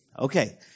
Okay